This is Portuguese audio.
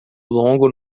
longo